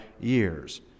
years